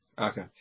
Okay